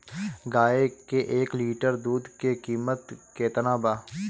गाए के एक लीटर दूध के कीमत केतना बा?